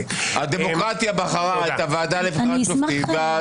הדמוקרטיה בחרה את הוועדה לבחירת שופטים,